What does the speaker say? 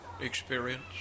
experience